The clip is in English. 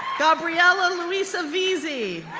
gabriella louisa vesey,